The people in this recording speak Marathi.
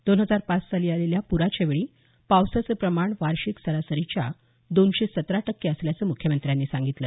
दोन हजार पाच साली आलेल्या प्राच्यावेळी पावसाचं प्रमाण वार्षिक सरासरीच्या दोनशे सतरा टक्के असल्याचं मुख्यमंत्र्यांनी सांगितलं